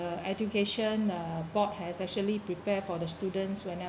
the education uh board has actually prepare for the students whenever